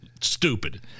stupid